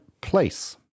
place